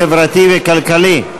חברתי וכלכלי.